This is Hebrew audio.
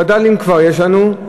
וד"לים כבר יש לנו,